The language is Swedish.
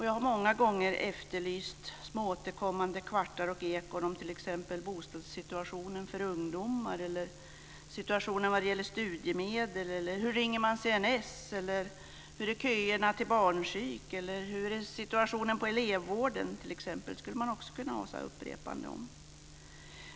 Jag har många gånger efterlyst små återkommande kvartar och ekon om t.ex. bostadssituationen för ungdomar, situationen vad gäller studiemedel, hur man ringer till CSN, hur köerna till barnpsyk är eller hur situationen är för elevvården. Det skulle man också kunna ha sådana här upprepanden om.